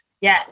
Yes